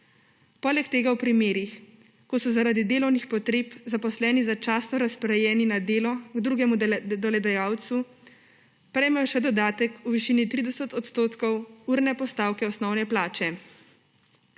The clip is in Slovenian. Poleg tega v primerih, ko so zaradi delovnih potreb zaposleni začasno razporejeni na delo k drugemu delodajalcu, prejmejo še dodatek v višini 30 % urne postavke osnovne plače.